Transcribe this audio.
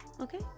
Okay